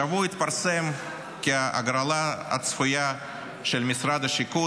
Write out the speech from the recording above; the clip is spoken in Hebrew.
השבוע התפרסם כי בהגרלה הצפויה של משרד השיכון,